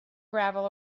gravel